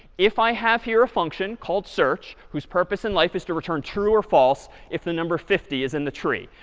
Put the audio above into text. if i have here a function called search, whose purpose in life is to return true or false if the number fifty is in the tree.